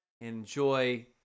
Enjoy